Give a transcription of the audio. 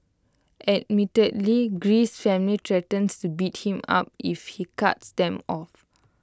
admittedly Greece's family threatens to beat him up if he cuts them off